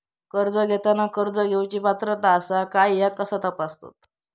कर्ज घेताना कर्ज घेवची पात्रता आसा काय ह्या कसा तपासतात?